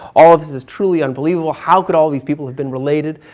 all of this is truly unbelievable. how could all of these people have been related?